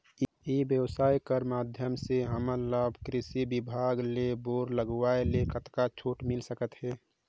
ई व्यवसाय कर माध्यम से हमन ला कृषि विभाग ले बोर लगवाए ले कतका छूट मिल सकत हे?